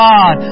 God